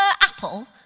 apple